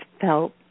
felt